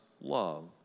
love